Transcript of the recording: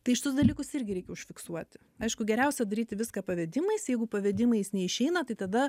tai šituos dalykus irgi reikia užfiksuoti aišku geriausia daryti viską pavedimais jeigu pavedimais neišeina tai tada